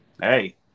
hey